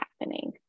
happening